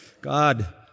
God